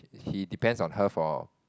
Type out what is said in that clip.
he depends on her for